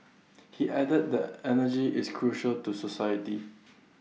he added that energy is crucial to society